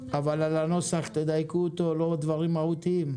אבל על הנוסח תדייקו אותו, לא דברים מהותיים.